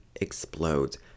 explodes